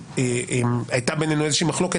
שהייתה בינינו איזה מחלוקת,